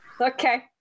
Okay